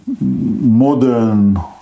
modern